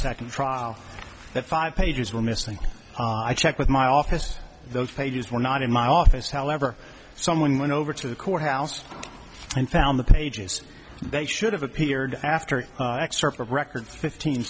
second trial that five pages were missing i checked with my office those pages were not in my office however someone went over to the courthouse and found the pages they should have appeared after excerpts of record fifteen